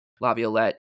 laviolette